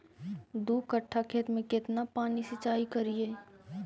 दू कट्ठा खेत में केतना पानी सीचाई करिए?